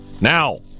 now